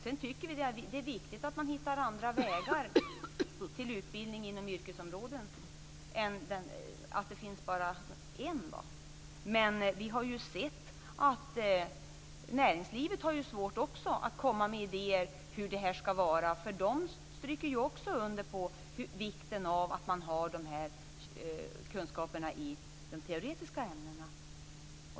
Vi tycker att det är viktigt att man hittar andra vägar för utbildning inom yrkesområden, så att det inte bara finns en. Men vi har ju sett att näringslivet också har svårt att komma med idéer till hur det här ska vara. De stryker ju också under vikten av att man har de här kunskaperna i de teoretiska ämnena.